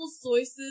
sources